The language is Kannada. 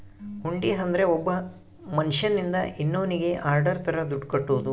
ಹುಂಡಿ ಅಂದ್ರ ಒಬ್ಬ ಮನ್ಶ್ಯನಿಂದ ಇನ್ನೋನ್ನಿಗೆ ಆರ್ಡರ್ ತರ ದುಡ್ಡು ಕಟ್ಟೋದು